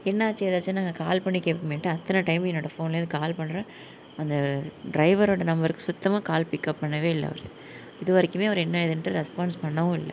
என்னாச்சு ஏதாச்சுன்னு நாங்கள் கால் பண்ணி கேட்போமேன்ட்டு அத்தனை டைம் என்னோடய ஃபோன்லேருந்து கால் பண்ணுறேன் அந்த ட்ரைவரோடய நம்பருக்கு சுத்தமாக கால் பிக் அப் பண்ண இல்லை அவர் இது வரைக்கும் அவர் என்ன ஏதுன்ட்டு ரெஸ்பான்ஸ் பண்ணவும் இல்லை